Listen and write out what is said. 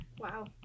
Wow